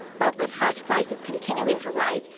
but with house prices continuing to rise.